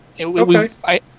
Okay